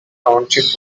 township